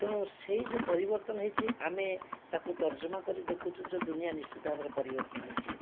ତେଣୁ ସେଇ ଯେଉଁ ପରିବର୍ତ୍ତନ ହେଇଛି ଆମେ ତାକୁ ତର୍ଜମା କରି ଦେଖୁଛୁ ଯେ ଦୁନିଆ ନିଶ୍ଚିତ ଭାବରେ ପରିବର୍ତ୍ତନ ହେଇଛି